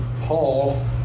Paul